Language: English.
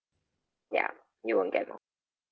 ya you won't get more